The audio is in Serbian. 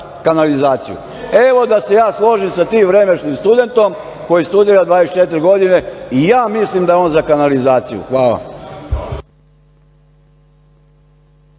kanalizaciju. Evo da se ja složim sa tim vremešnim studentom, koji studira 24 godine, i ja mislim da je on za kanalizaciju. Hvala.